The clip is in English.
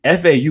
FAU